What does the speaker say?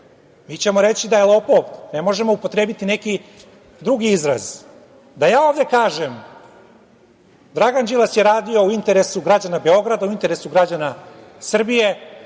mi ćemo reći da je lopov, ne možemo upotrebiti neki drugi izraz. Da ja ovde kažem Dragan Đilas je radio u interesu građana Beograda, u interesu građana Srbije,